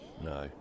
No